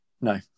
No